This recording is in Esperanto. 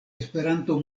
esperanto